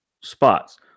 spots